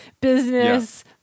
business